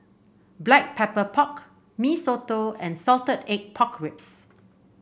Black Pepper Pork Mee Soto and Salted Egg Pork Ribs